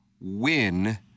win